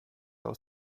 aus